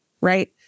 right